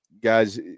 Guys